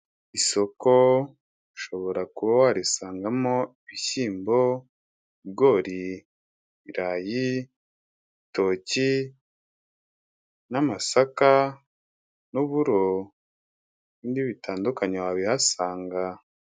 Isoko ushobora kuba warisangamo ibishyimbo, ibigori, ibirayi, ibitoki, n'amasaka, n'uburo. N'ibindi bitandukanye wabihasanga.